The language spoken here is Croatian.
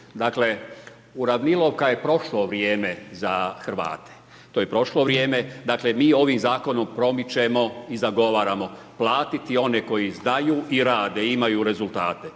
Dakle, uranilovka je prošlo vrijeme za Hrvate. To je prošlo vrijeme. Dakle, mi ovim Zakonom promičemo i zagovaramo platiti one koji znaju i rade i imaju rezultate